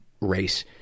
race